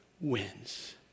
wins